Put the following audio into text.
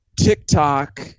TikTok